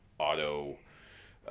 auto